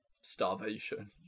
starvation